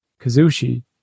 Kazushi